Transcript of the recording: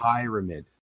pyramid